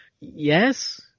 Yes